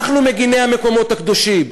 אנחנו מגיני המקומות הקדושים.